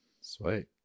Sweet